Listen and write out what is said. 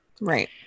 Right